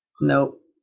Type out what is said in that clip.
Nope